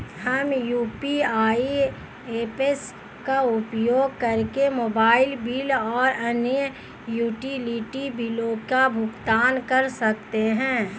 हम UPI apps का उपयोग करके मोबाइल बिल और अन्य यूटिलिटी बिलों का भुगतान कर सकते हैं